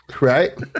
right